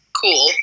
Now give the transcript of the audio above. cool